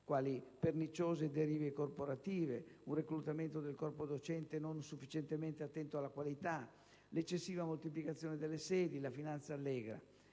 quali perniciose derive corporative, un reclutamento del corpo docente non sufficientemente attento alla qualità, l'eccessiva moltiplicazione delle sedi, la finanza allegra.